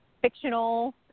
fictional